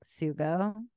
sugo